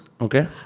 Okay